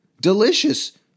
delicious